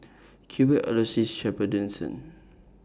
Cuthbert Aloysius Shepherdson